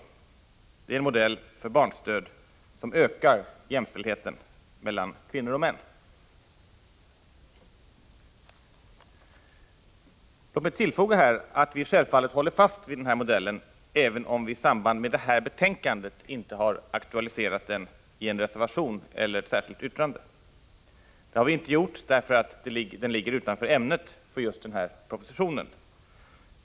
Det är en modell för barnstöd som ökar jämställdheten mellan kvinnor och män. Låt mig tillfoga, att vi självfallet håller fast vid den modellen, även om vi inte i samband med det här betänkandet har aktualiserat den i en reservation eller särskilt yttrande. Det har vi inte gjort därför att den ligger utanför ämnet för just den här propositionen.